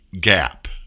gap